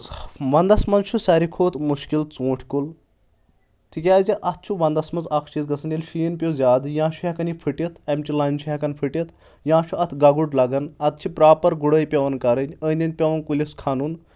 ونٛدس منٛز چھُ ساروی کھۄتہٕ مُشکِل ژوٗنٛٹھۍ کُل تِکیازِ اتھ چھُ ونٛدس منٛز اکھ چیٖز گژھان ییٚلہِ شیٖن پیٚو زیادٕ یا چھُ ہؠکان یہِ پھٹِتھ اَمہِ چہِ لچھ ہؠکان فٹِتھ یا چھُ اتھ گگُر لگان اتھ چھِ پراپر گُڑٲے پؠوان کرٕنۍ أنٛدۍ أنٛدۍ پؠوان کُلِس کھنُن